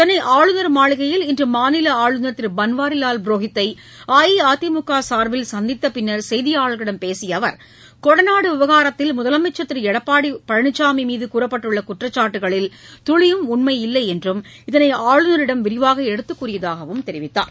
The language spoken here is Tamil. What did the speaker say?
சென்னை ஆளுநர் மாளிகையில் இன்று மாநில ஆளுநர் திரு பன்வாரிவால் புரோஹித்தை அஇஅதிமுக சார்பில் சந்தித்தபின் செய்தியாளர்களிடம் பேசிய அவர் கொடநாடு விவகாரத்தில் முதலமைச்சர் திரு எடப்பாடி பழனிசாமி மீது கூறப்பட்டுள்ள குற்றச்சாட்டுகளில் துளியும் உண்மை கிடையாது என்றும் இதனை ஆளுநரிடம் விரிவாக எடுத்துக்கூறியதாகவும் தெரிவித்தார்